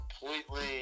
completely